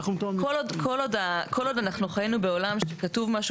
כל עוד אנחנו חיינו בעולם שכתוב משהו